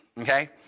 okay